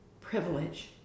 privilege